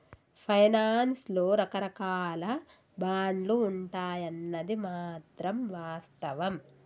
finance లో రకరాకాల బాండ్లు ఉంటాయన్నది మాత్రం వాస్తవం